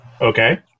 Okay